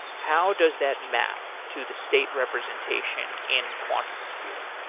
how does that map to the state representation in quantum computing?